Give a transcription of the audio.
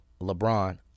LeBron